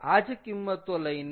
આ જ કિંમતો લઈને